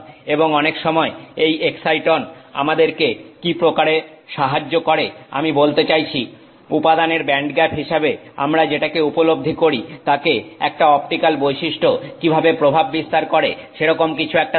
এবং অনেক সময় এই এক্সাইটন আমাদেরকে কি প্রকারে সাহায্য করে আমি বলতে চাইছি উপাদানের ব্যান্ডগ্যাপ হিসাবে আমরা যেটাকে উপলব্ধি করি তাকে একটা অপটিক্যাল বৈশিষ্ট্য কিভাবে প্রভাব বিস্তার করে সেরকম কিছু একটা দেখা